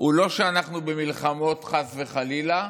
הוא לא שאנחנו במלחמות, חס וחלילה,